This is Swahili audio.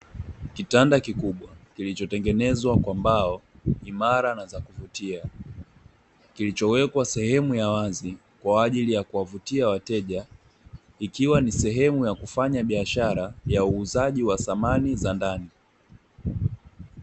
Kitanda kikukubwa kilichotengenezwa kwa mbao imara na za kuvutia kilichowekwa sehemu ya wazi kwaajili ya kuwavutia wateja, ikiwa ni sehemu ya kufanya biashara ya uuzaji wa dhamani za ndani